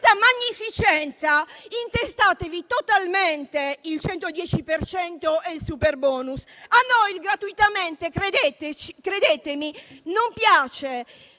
In questa magnificenza, intestatevi totalmente il 110 per cento e il superbonus. A noi il "gratuitamente", credetemi, non piace: